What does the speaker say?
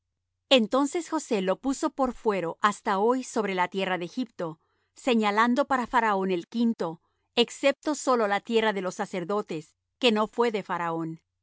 entonces josé lo puso por fuero hasta hoy sobre la tierra de egipto señalando para faraón el quinto excepto sólo la tierra de los sacerdotes que no fué de faraón